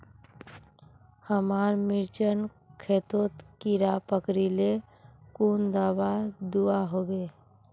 हमार मिर्चन खेतोत कीड़ा पकरिले कुन दाबा दुआहोबे?